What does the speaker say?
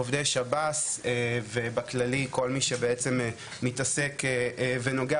עובדי שב"ס ובכללי כל מי שבעצם מתעסק ונוגע